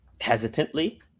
hesitantly